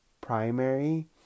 primary